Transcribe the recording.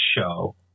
show